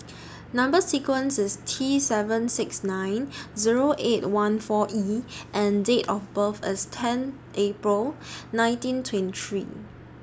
Number sequence IS T seven six nine Zero eight one four E and Date of birth IS ten April nineteen twenty three